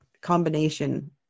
combination